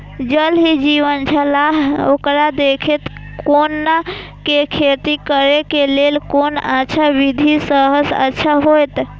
ज़ल ही जीवन छलाह ओकरा देखैत कोना के खेती करे के लेल कोन अच्छा विधि सबसँ अच्छा होयत?